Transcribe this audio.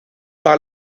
par